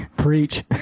Preach